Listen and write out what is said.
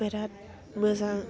बेराथ मोजां